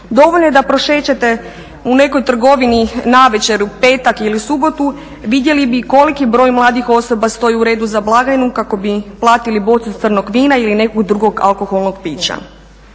Dovoljno je da prošećete u nekoj trgovini navečer u petak ili subotu, vidjeli bi koliki broj mladih osoba stoji u redu za blagajnu kako bi platili bocu crnog vina ili nekog drugog alkoholnog pića.